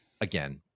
again